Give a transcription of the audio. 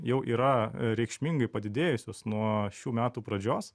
jau yra reikšmingai padidėjusios nuo šių metų pradžios